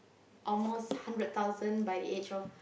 almost hundred thousand by the age of